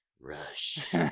Rush